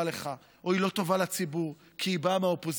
לך או היא לא טובה לציבור כי היא באה מהאופוזיציה.